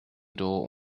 door